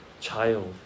child